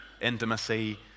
Intimacy